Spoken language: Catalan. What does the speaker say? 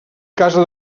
casa